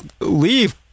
leave